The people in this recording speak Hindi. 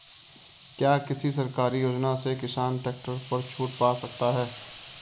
क्या किसी सरकारी योजना से किसान ट्रैक्टर पर छूट पा सकता है?